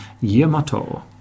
Yamato